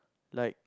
like